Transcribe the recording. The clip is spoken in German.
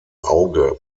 auge